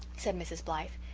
said mrs. blythe.